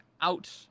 out